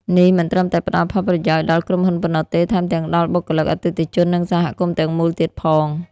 នេះមិនត្រឹមតែផ្ដល់ផលប្រយោជន៍ដល់ក្រុមហ៊ុនប៉ុណ្ណោះទេ ថែមទាំងដល់បុគ្គលិក អតិថិជន និងសហគមន៍ទាំងមូលទៀតផង។